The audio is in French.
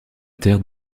terre